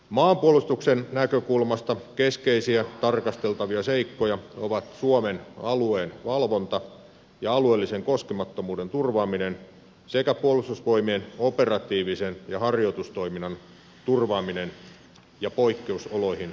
maanpuolustuksen näkökulmasta keskeisiä tarkasteltavia seikkoja ovat suomen alueen valvonta ja alueellisen koskemattomuuden turvaaminen sekä puolustusvoimien operatiivisen ja harjoitustoiminnan turvaaminen ja poikkeusoloihin varautuminen